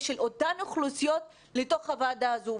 של אותן אוכלוסיות לתוך הוועדה הזאת.